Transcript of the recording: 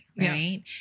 Right